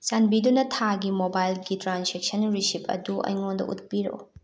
ꯆꯥꯟꯕꯤꯗꯨꯅ ꯊꯥꯒꯤ ꯃꯣꯕꯥꯏꯜꯒꯤ ꯇ꯭ꯔꯥꯟꯁꯦꯛꯁꯟ ꯔꯤꯁꯤꯞ ꯑꯗꯨ ꯑꯩꯉꯣꯟꯗ ꯎꯠꯄꯤꯔꯛꯎ